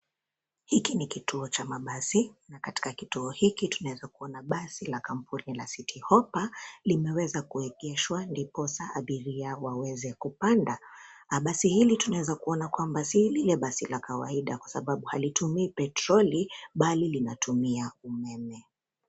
Hiki ni kituo cha mabasi na katika kituo hiki tunaweza kuona basi la kampuni la[sc] City hoppa [sc] limeweza kuegeshwa ndiposa abiria waweze kupanda. basi hili tunaweza kuona kwamba sio lile basi la kawaida kwa sababu halitumii petroli bali linatumia umeme.